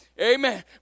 Amen